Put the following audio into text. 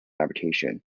application